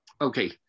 okay